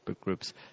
groups